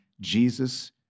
Jesus